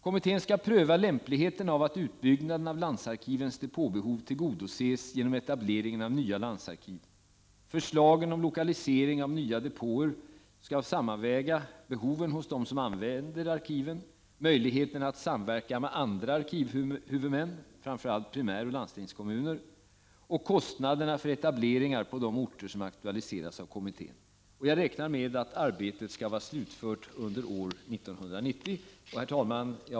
Kommittén skall pröva lämpligheten av att utbyggnaden av landsarkivens depåbehov tillgodoses genom etablering av nya landsarkiv. Förslagen om lokalisering av nya depåer skall sammanväga behoven hos dem som använder arkiven, möjligheterna att samverka med andra arkivhuvudmän, framför allt primäroch landstingskommuner, och kostnaderna för etableringar på de orter som aktualiseras av kommittén. Jag räknar med att arbetet skall vara slutfört under år 1990. Herr talman!